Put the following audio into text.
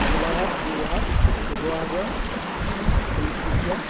Golaghat Jorhat Sivasagar Tinsukia